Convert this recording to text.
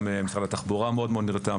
גם משרד התחבורה מאוד מאוד נרתם.